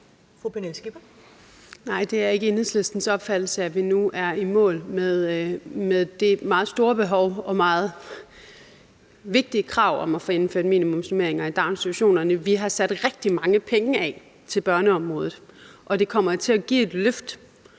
Nej, det er ikke Enhedslistens opfattelse, at vi nu er i mål med det meget store behov og meget vigtige krav om at få indført minimumsnormeringer i daginstitutionerne. Vi har sat rigtig mange penge af til børneområdet, og det kommer til at give et løft.